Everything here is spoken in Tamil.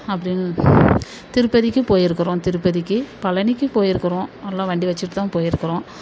அப்டின்னு திருப்பதிக்கும் போய்ருக்கறோம் திருப்பதிக்கு பழனிக்கு போய்ருக்குறோம் எல்லாம் வண்டி வச்சுட்டுதான் போய்ருக்குறோம்